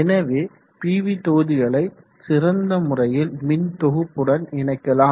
எனவே பிவி தொகுதிகளை சிறந்த முறையில் மின் தொகுப்புடன் இணைக்கலாம்